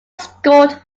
scored